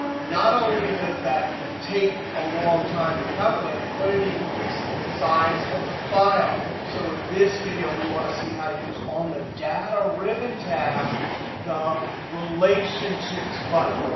not only does that take a long time to calculate, but it increases the size of the file. so in this video we want to see how to use on the data ribbon tab the relationships button.